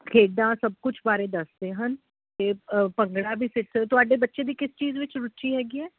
ਖੇਡਾਂ ਸਭ ਕੁਛ ਬਾਰੇ ਦੱਸਦੇ ਹਨ ਅਤੇ ਭੰਗੜਾ ਵੀ ਸਿੱਖ ਤੁਹਾਡੇ ਬੱਚੇ ਦੀ ਕਿਸ ਚੀਜ਼ ਵਿੱਚ ਰੁਚੀ ਹੈਗੀ ਹੈ